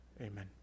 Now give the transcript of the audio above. Amen